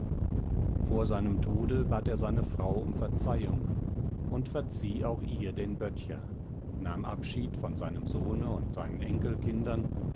vor seinem tode bat er seine frau um verzeihung und verzieh auch ihr den böttcher nahm abschied von seinem sohne und seinen enkelkindern